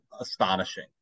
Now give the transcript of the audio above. astonishing